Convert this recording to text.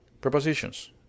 prepositions